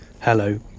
Hello